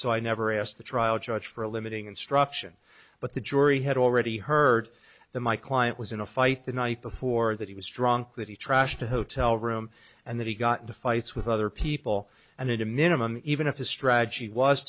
so i never asked the trial judge for a limiting instruction but the jury had already heard the my client was in a fight the night before that he was drunk that he trashed a hotel room and that he got into fights with other people and in a minimum even if his strategy was